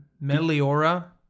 Meliora